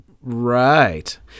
Right